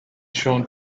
shown